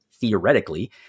theoretically